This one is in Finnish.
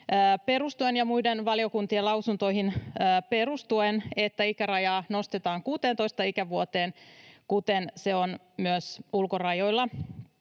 perustuen ja muiden valiokuntien lausuntoihin perustuen, että ikärajaa nostetaan 16 ikävuoteen, kuten se on myös ulkorajoilla.